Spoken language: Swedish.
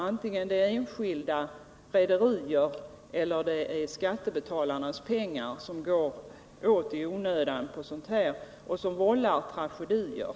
Det är de enskildas, rederiernas eller skattebetalarnas pengar som går åt i onödan vid dessa tragedier.